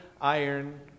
Iron